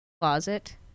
closet